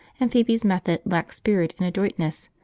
and phoebe's method lacked spirit and adroitness,